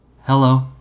Hello